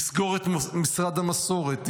לסגור את משרד המסורת,